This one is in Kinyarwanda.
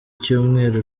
cyumweru